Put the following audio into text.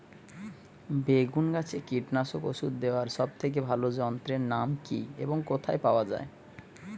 বেগুন গাছে কীটনাশক ওষুধ দেওয়ার সব থেকে ভালো যন্ত্রের নাম কি এবং কোথায় পাওয়া যায়?